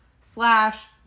slash